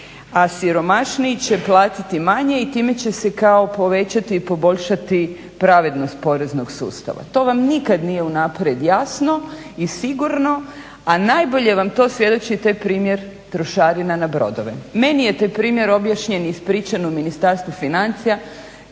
a siromašniji će platiti manje i time će se kao povećati i poboljšati pravednost poreznog sustava. To vam nikad nije unaprijed jasno i sigurno, a najbolje vam to svjedoči taj primjer trošarina na brodove. Meni je taj primjer objašnjen i ispričan u Ministarstvu financija